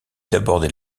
d’aborder